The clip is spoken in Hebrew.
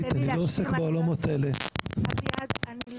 אני לא עוסק בעולמות האלה.